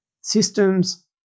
systems